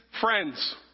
friends